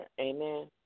Amen